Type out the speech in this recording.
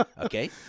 Okay